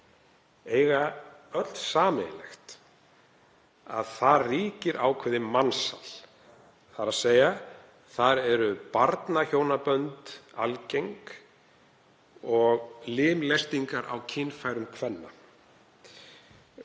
eiga öll sameiginlegt að þar ríkir ákveðið mansal. Þar eru barnahjónabönd algeng sem og limlestingar á kynfærum kvenna.